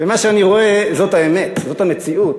ומה שאני רואה זאת האמת, זאת המציאות,